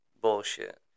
bullshit